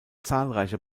zahlreiche